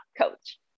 coach